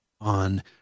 on